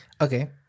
Okay